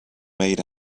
made